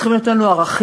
צריכים להיות לנו ערכים,